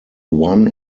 one